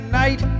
night